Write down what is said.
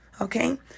okay